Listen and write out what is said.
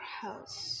house